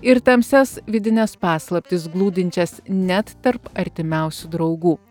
ir tamsias vidines paslaptis glūdinčias net tarp artimiausių draugų